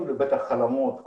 בטח היו לי חלומות.